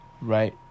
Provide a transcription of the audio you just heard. Right